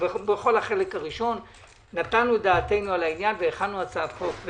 בכל החלק הראשון נתנו דעתנו בעניין והכנו הצעת החוק.